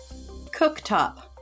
Cooktop